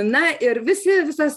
na ir visi visas